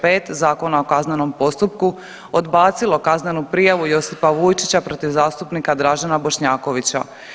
5 Zakona o kaznenom postupku, odbacilo kaznenu prijavu Josipa Vujčića protiv zastupnika Dražena Bošnjakovića.